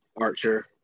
Archer